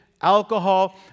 alcohol